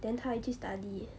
then 他还去 study eh